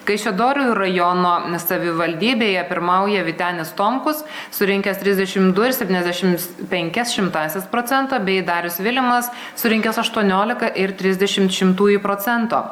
kaišiadorių rajono savivaldybėje pirmauja vytenis tomkus surinkęs trisdešimt du ir septyniasdešimt penkias šimtąsias procento bei darius vilimas surinkęs aštuoniolika ir trisdešimt šimtųjų procento